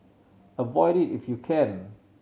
avoid it if you can